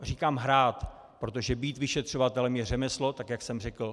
Říkám hrát, protože být vyšetřovatelem je řemeslo, tak jak jsem řekl.